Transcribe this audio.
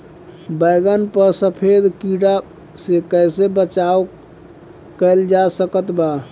बैगन पर सफेद कीड़ा से कैसे बचाव कैल जा सकत बा?